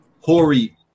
Hori